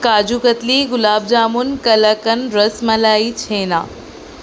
کاجو katli gulab jamun kalakand rasmalai chhena